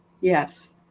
Yes